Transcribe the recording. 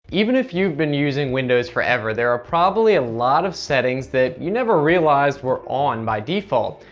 even if you've been using windows forever, there are probably a lot of settings that you never realized were on by default,